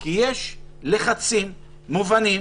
כי יש לחצים מובנים,